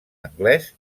anglès